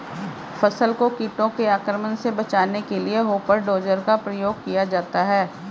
फसल को कीटों के आक्रमण से बचाने के लिए हॉपर डोजर का प्रयोग किया जाता है